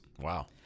Wow